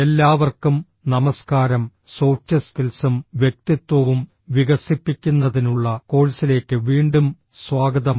എല്ലാവർക്കും നമസ്കാരം സോഫ്റ്റ് സ്കിൽസും വ്യക്തിത്വവും വികസിപ്പിക്കുന്നതിനുള്ള കോഴ്സിലേക്ക് വീണ്ടും സ്വാഗതം